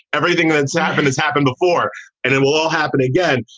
everything that's happened has happened before and it will all happen again.